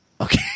Okay